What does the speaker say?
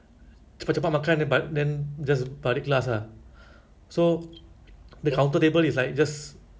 apa nama kedai dia yang mister you you know orchid house dekat serangoon gardens tu